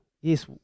Yes